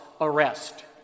arrest